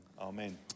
Amen